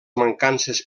mancances